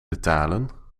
betalen